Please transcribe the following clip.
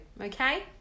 okay